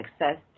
access